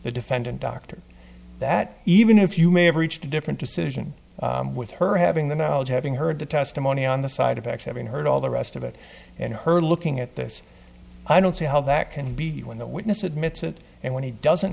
the defendant dr that even if you may have reached a different decision with her having the knowledge having heard the testimony on the side effects having heard all the rest of it and her looking at this i don't see how that can be when the witness admits it and when he doesn't